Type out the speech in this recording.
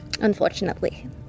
Unfortunately